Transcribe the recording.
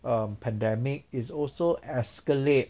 um pandemic is also escalate